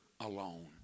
alone